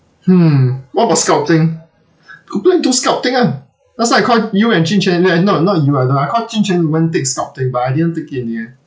hmm what about sculpting go play into sculpting ah last time I called you and jun quan eh not not you ah I don't I called jun quan went take stock take but I didn't take it in the end